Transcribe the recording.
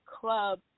club